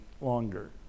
longer